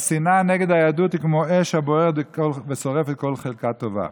והשנאה נגד היהדות היא כמו אש הבוערת ושורפת כל חלקה טובה.